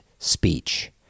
Speech